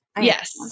Yes